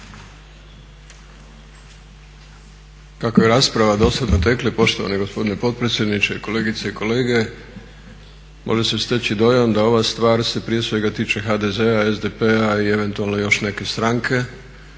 Kako je rasprava do sada tekla i poštovani gospodine potpredsjedniče, kolegice i kolege može se steći dojam da ova stvar se prije svega tiče HDZ-a, SDP-a i eventualno još neke stranke,